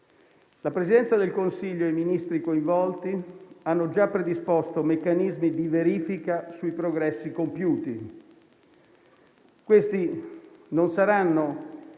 La Presidenza del Consiglio e i Ministri coinvolti hanno già predisposto meccanismi di verifica sui progressi compiuti. Questi meccanismi